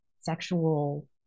sexual